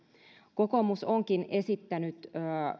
kokoomus onkin esittänyt